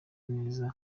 neza